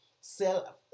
sell